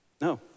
No